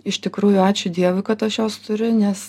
iš tikrųjų ačiū dievui kad aš jos turiu nes